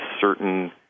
certain